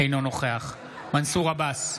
אינו נוכח מנסור עבאס,